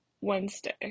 Wednesday